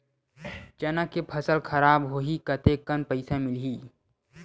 चना के फसल खराब होही कतेकन पईसा मिलही?